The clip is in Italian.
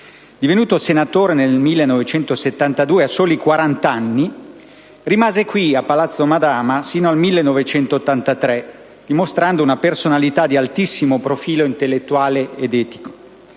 Divenuto senatore nel 1972, a soli quarant'anni, rimase qui a Palazzo Madama fino al 1983, dimostrando un personalità di altissimo profilo intellettuale e etico